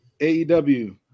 AEW